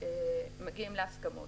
מגיעים להסכמות.